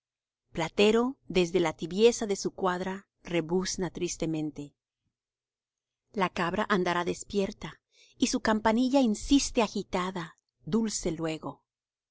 platero desde la tibieza de su cuadra rebuzna tristemente la cabra andará despierta y su campanilla insiste agitada dulce luego al